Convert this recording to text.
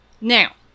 now